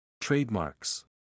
Trademarks